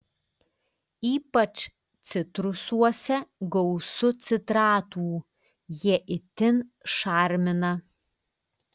ypač citrusuose gausu citratų jie itin šarmina